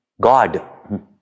God